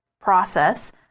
process